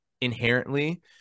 inherently